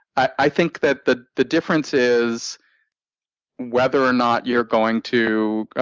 i think that the the difference is whether or not you're going to